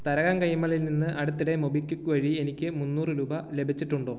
തരകൻ കൈമളിൽ നിന്ന് അടുത്തിടെ മൊബിക്വിക്ക് വഴി എനിക്ക് മുന്നൂറ് രൂപ ലഭിച്ചിട്ടുണ്ടോ